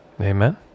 Amen